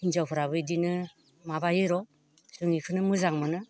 हिनजावफ्राबो इदिनो माबायो र' जों इखोनो मोजां मोनो